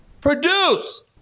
produce